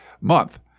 month